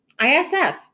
isf